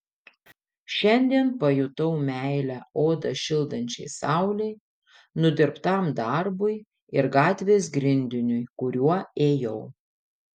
šiandien pajutau meilę odą šildančiai saulei nudirbtam darbui ir gatvės grindiniui kuriuo ėjau